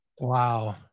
Wow